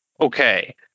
Okay